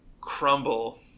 crumble